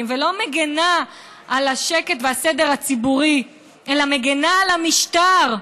ולא מגינה על השקט והסדר הציבורי אלא מגינה על המשטר,